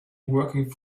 working